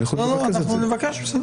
נבקש.